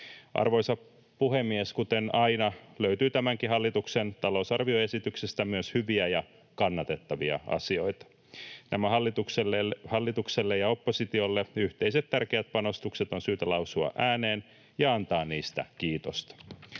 Arvoisa puhemies! Kuten aina, löytyy tämänkin hallituksen talousarvioesityksestä myös hyviä ja kannatettavia asioita. Nämä hallitukselle ja oppositiolle yhteiset tärkeät panostukset on syytä lausua ääneen ja antaa niistä kiitosta.